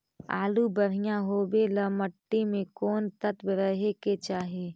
आलु बढ़िया होबे ल मट्टी में कोन तत्त्व रहे के चाही?